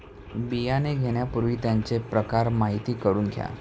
बियाणे घेण्यापूर्वी त्यांचे प्रकार माहिती करून घ्या